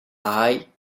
eye